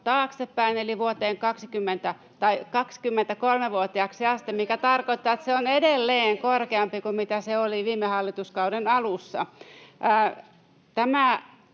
taaksepäin eli 23-vuotiaaksi asti, mikä tarkoittaa, että se on edelleen korkeampi kuin mitä se oli viime hallituskauden alussa.